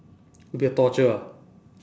will be a torture ah